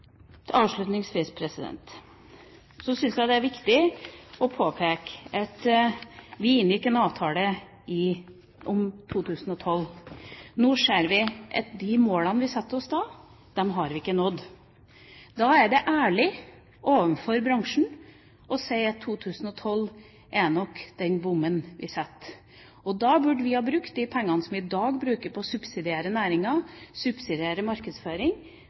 Avslutningsvis syns jeg det er viktig å påpeke at vi inngikk en avtale om 2012. Nå ser vi at de målene vi satte oss da, har vi ikke nådd. Da er det ærlig overfor bransjen å si at 2012 er den bommen vi setter. Da bør vi bruke de pengene som vi i dag bruker på å subsidiere næringa